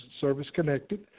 service-connected